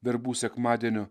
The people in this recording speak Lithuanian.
verbų sekmadienio